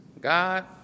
God